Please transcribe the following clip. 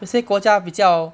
有些国家比较